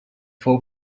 fou